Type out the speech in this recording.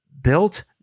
built